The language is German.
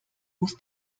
muss